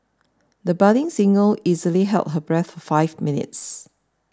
the budding singer easily held her breath five minutes